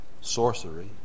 sorcery